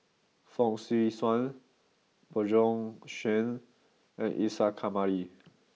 Fong Swee Suan Bjorn Shen and Isa Kamari